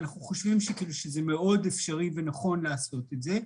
אנחנו חושבים שמאוד אפשרי ונכון לעשות את זה,